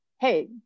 hey